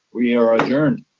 we are adjourned.